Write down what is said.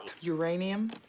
uranium